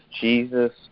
Jesus